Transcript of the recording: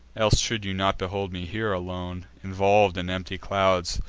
else should you not behold me here, alone, involv'd in empty clouds,